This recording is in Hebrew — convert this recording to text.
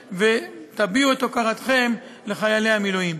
2. כחלק בלתי נפרד מהחינוך הבלתי-פורמלי,